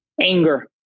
anger